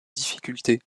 difficultés